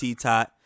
T-Tot